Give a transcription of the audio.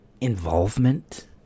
involvement